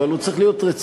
אבל הוא צריך להיות רציני,